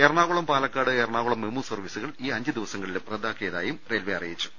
Ernakulam Palakkad Ernakulam MEMU സർവീസുകൾ ഈ അഞ്ചുദിവസങ്ങ ളിലും റദ്ദാക്കിയതായും റെയിൽവെ അറിയിച്ചു